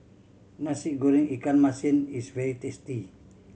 Nasi Goreng ikan masin is very tasty